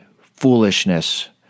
foolishness